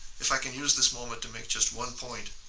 if i can use this moment to make just one point,